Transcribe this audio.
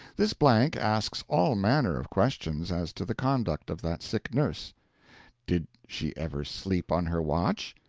this blank asks all manner of questions as to the conduct of that sick-nurse did she ever sleep on her watch?